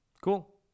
Cool